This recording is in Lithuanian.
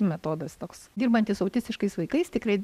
metodas toks dirbantys su autistiškais vaikais tikrai